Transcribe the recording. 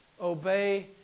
obey